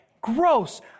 gross